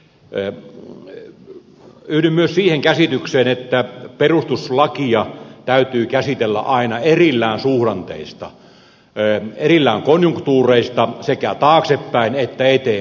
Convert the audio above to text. yhdyn myös siihen käsitykseen että perustuslakia täytyy käsitellä aina erillään suhdanteista erillään konjunktuureista sekä taaksepäin että eteenpäin